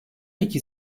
iki